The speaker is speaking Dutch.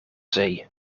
zee